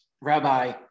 rabbi